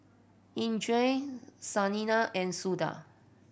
Indranee Saina and Suda